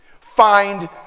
find